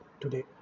today